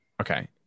okay